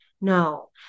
No